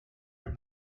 los